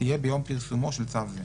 תהיה ביום פרסומו של צו זה.